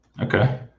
Okay